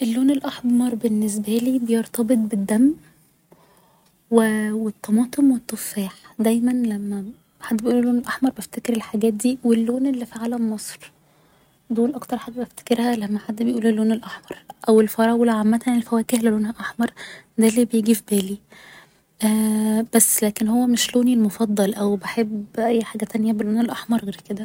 اللون الأحمر بالنسبالي بيرتبط بالدم و الطماطم و التفاح دايماً لما حد بيقول اللون الأحمر بفتكر الحاجات دي و اللون اللي في علم مصر دول اكتر حاجة بفتكرها لما حد بيقول اللون الأحمر او الفراولة عامة الفواكه اللي لونها احمر ده اللي بييجي في بالي بس لكن هو مش لوني المفضل او بحب اي حاجة تانية باللون